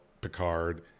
Picard